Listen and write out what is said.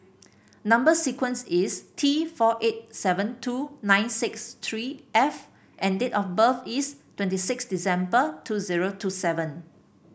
number sequence is T four eight seven two nine six three F and date of birth is twenty six December two zero two seven